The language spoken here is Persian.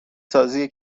سازی